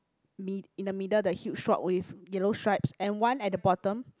mi~ in the middle the huge rock with yellow stripes and one at the bottom